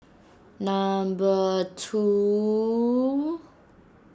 number two